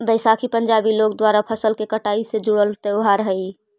बैसाखी पंजाबी लोग द्वारा फसल के कटाई से जुड़ल त्योहार हइ